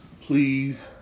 please